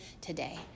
today